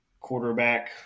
quarterback